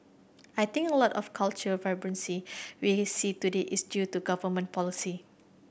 I think a lot of the cultural vibrancy we see today is due to government policy